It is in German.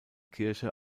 kirche